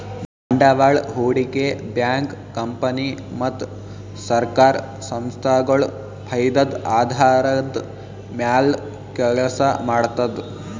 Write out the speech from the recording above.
ಬಂಡವಾಳ್ ಹೂಡಿಕೆ bank company ಮತ್ತ್ ಸರ್ಕಾರ್ ಸಂಸ್ಥಾಗೊಳ್ ಫೈದದ್ದ್ ಆಧಾರದ್ದ್ ಮ್ಯಾಲ್ ಕೆಲಸ ಮಾಡ್ತದ್